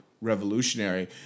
revolutionary